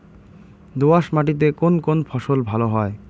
দোঁয়াশ মাটিতে কোন কোন ফসল ভালো হয়?